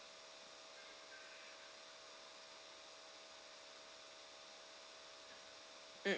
mm